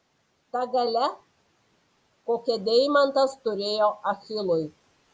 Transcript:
ta galia kokią deimantas turėjo achilui